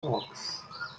firefox